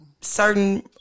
certain